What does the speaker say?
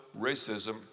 racism